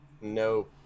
no